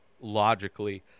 logically